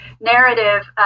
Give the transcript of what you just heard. narrative